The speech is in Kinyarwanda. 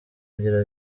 agira